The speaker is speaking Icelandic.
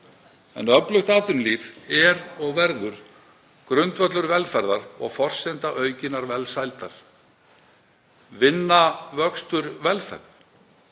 En öflugt atvinnulíf er og verður grundvöllur velferðar og forsenda aukinnar velsældar. Vinna, vöxtur, velferð